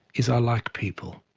is i like people.